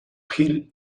hill